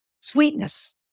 sweetness